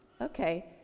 Okay